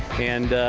and